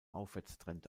aufwärtstrend